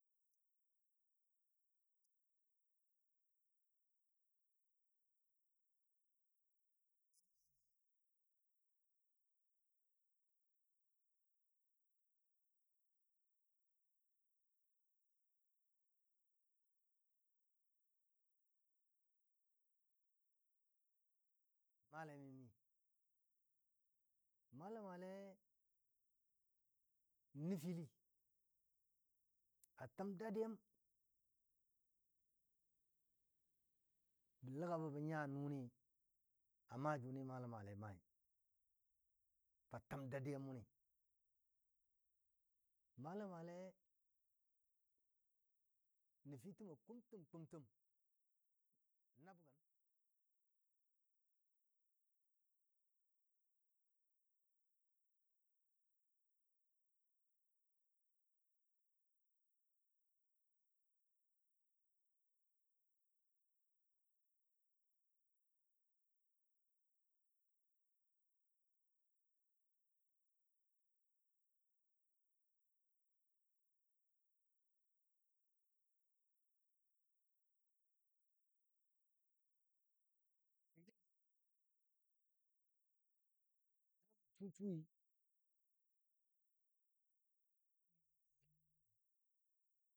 Amʊ go nəl məndi gə mi yɔ nuni yəllən gənɔ jəbɔ bwa yillən gənɔ adəggi mən nyuwa ləma gəni yau a bʊla bʊlai ja jegən gɔ malam male malami malam male n nəfili atəm daddiyam bə ləgabo bə nya nuni amaa juni malam male a maai fatəm daddayam wuni malam male nəfitə mɔ kʊmtəm kʊmtəm nəb gən mi mwe gən wɔ jəbɔ kilan mi mwe gən wɔ jəbɔ nabwil mi mwe gən wɔ jəbɔ dənlatəm kel mi mwen gən wɔ gə gɔ də lɔɔ nəli mi mwe gən wɔ gəja mibam nəli gə nanyo yɔm gənɔ ga yifa təmni gəm kwaama ba də gəni yau məndi n nyuwa ləma gənɔ mə swule na shu shui juni ga maai mə melalei nyo.